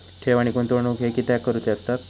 ठेव आणि गुंतवणूक हे कित्याक करुचे असतत?